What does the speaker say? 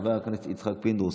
חבר הכנסת יצחק פינדרוס,